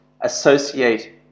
associate